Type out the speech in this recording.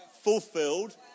fulfilled